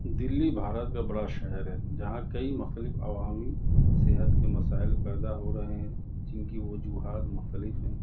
دلی بھارت کا بڑا شہر ہے جہاں کئی مختلف عوامی صحت کے مسائل کردہ ہو رہے ہیں جن کی وجوہات مختلف ہیں